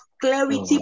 clarity